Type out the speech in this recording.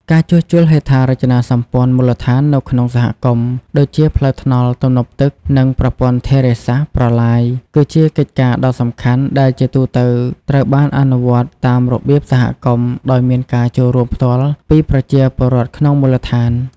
ការជួសជុលហេដ្ឋារចនាសម្ព័ន្ធមូលដ្ឋាននៅក្នុងសហគមន៍ ដូចជាផ្លូវថ្នល់ ទំនប់ទឹក និងប្រព័ន្ធធារាសាស្ត្រ-ប្រឡាយ គឺជាកិច្ចការដ៏សំខាន់ដែលជាទូទៅត្រូវបានអនុវត្តតាមរបៀបសហគមន៍ ដោយមានការចូលរួមផ្ទាល់ពីប្រជាពលរដ្ឋក្នុងមូលដ្ឋាន។